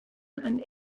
and